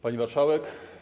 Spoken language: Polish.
Pani Marszałek!